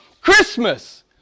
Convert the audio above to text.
Christmas